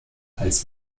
als